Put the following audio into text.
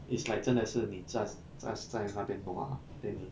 is like 真的是你 just just 在那边 nua then 你